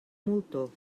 moltó